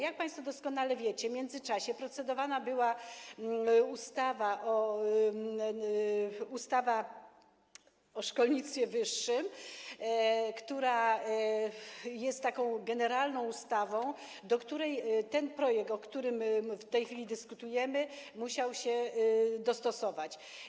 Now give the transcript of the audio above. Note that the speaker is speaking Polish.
Jak państwo doskonale wiecie, w międzyczasie procedowana była ustawa o szkolnictwie wyższym, która jest taką generalną ustawą, do której ten projekt, o którym w tej chwili dyskutujemy, musiał się dostosować.